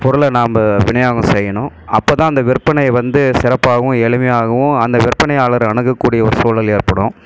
பொருளை நாம் விநியோகம் செய்யணும் அப்போதான் அந்த விற்பனை வந்து சிறப்பாகவும் எளிமையாகவும் அந்த விற்பனையாளர் அணுகக்கூடிய ஒரு சூழல் ஏற்படும்